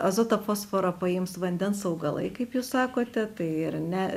azotą fosforą paims vandens augalai kaip jūs sakote tai ir ne